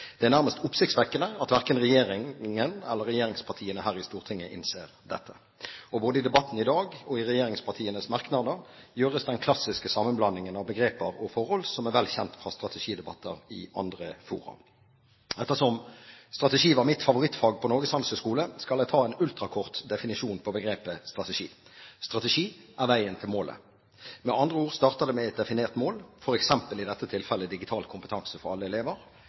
Det er nærmest oppsiktsvekkende at verken regjeringen eller regjeringspartiene her i Stortinget innser dette. Både i debatten i dag og i regjeringspartienes merknader gjøres den klassiske sammenblandingen av begreper og forhold som er vel kjent fra strategidebatter i andre fora. Ettersom strategi var mitt favorittfag på Norges Handelshøyskole, skal jeg ta en ultrakort definisjon på begrepet «strategi». Strategi er veien til målet. Med andre ord starter det med et definert mål, i dette tilfellet f.eks. digital kompetanse for alle elever.